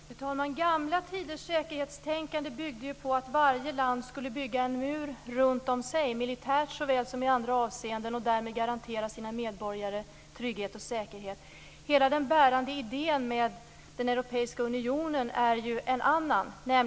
Fru talman! Gamla tiders säkerhetstänkande byggde på att varje land skulle bygga en mur runt om sig militärt såväl som i andra avseenden och därmed garantera sina medborgare trygghet och säkerhet. Hela den bärande idén med den europeiska unionen är en annan.